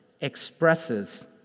expresses